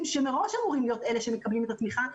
שמראש אמורים להיות אלה שמקבלים את התמיכה,